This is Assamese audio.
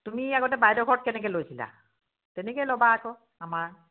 তুমি আগতে বাইদেউ ঘৰত কেনেকৈ লৈছিলা তেনেকৈ ল'বা আকৌ আমাৰ